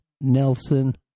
Nelson